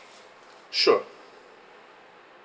sure